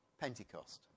Pentecost